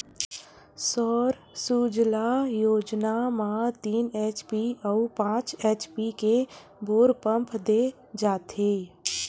सौर सूजला योजना म तीन एच.पी अउ पाँच एच.पी के बोर पंप दे जाथेय